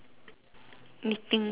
knitting socks